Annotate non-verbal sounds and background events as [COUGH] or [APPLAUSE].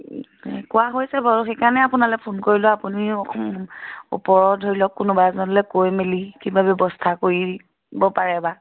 [UNINTELLIGIBLE] কোৱা হৈছে বাৰু সেইকাৰণে আপোনালৈ ফোন কৰিলোঁ আপুনি ওপৰৰ ধৰি লওক কোনোবা এজনলৈ কৈ মেলি কিবা ব্যৱস্থা কৰিব পাৰে বা